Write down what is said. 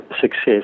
success